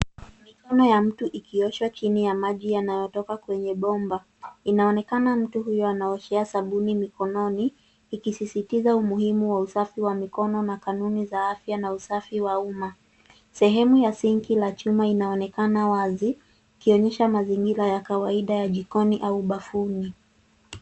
Mikono ya mtu ikioshwa chini ya maji yanayotoka kwenye bomba, inaonekana kuwa mtu huyu anaoshea sabuni mikononi, ikisisitiza umuhimu wa usafi wa mikono, na kanuni za afya na usafi wa umma. Sehemu ya sinki na shimo inaonekana wazi, ikionyesha mazingira ya kawaida ya jikoni, au bafuni.